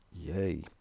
Yay